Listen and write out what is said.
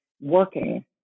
working